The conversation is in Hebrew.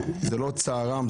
זה לא צערם,